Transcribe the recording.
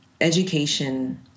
Education